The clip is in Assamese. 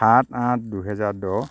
সাত আঠ দুহেজাৰ দহ